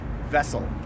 vessel